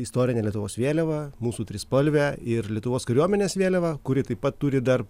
istorinę lietuvos vėliavą mūsų trispalvę ir lietuvos kariuomenės vėliavą kuri taip pat turi dar